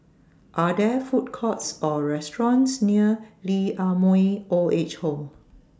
Are There Food Courts Or restaurants near Lee Ah Mooi Old Age Home